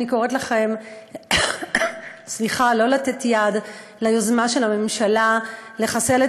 אני קוראת לכם לא לתת יד ליוזמה של הממשלה לחסל את